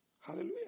Hallelujah